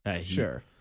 Sure